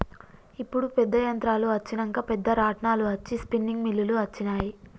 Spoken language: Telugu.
ఇప్పుడు పెద్ద యంత్రాలు అచ్చినంక పెద్ద రాట్నాలు అచ్చి స్పిన్నింగ్ మిల్లులు అచ్చినాయి